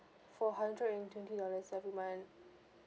for a hundred and twenty dollars every month